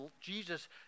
Jesus